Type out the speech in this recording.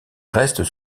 restes